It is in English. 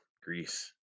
Greece